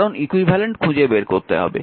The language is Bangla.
কারণ ইকুইভ্যালেন্ট খুঁজে বের করতে হবে